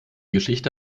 geschichte